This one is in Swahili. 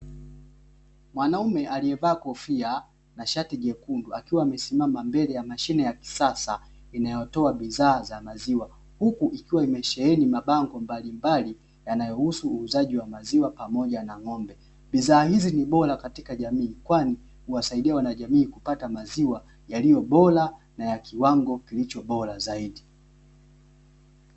Mwanaume aliyevaa kofia na shati jekundu, akiwa amesimama mbele ya mashine ya kisasa inayotoa bidhaa za maziwa, huku ikiwa imesheheni mabango mbalimbali yanayohusu uuzaji wa maziwa pamoja na ng'ombe. Bidhaa hizi ni bora katika jamii, kwani huwasaidia wanajamii kupata maziwa yaliyo bora na ya kiwango kilicho bora zaidi.